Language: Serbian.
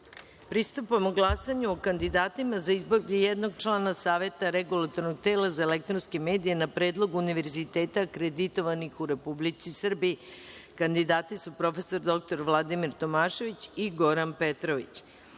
Kujovića. Pristupamo glasanju o kandidatima za izbor jednog člana Saveta regulatornog tela za elektronske medije na predlog univerziteta akreditovanih u Republici Srbiji. Kandidati su prof. dr Vladimir Tomašević i Goran Petrović. Stavljam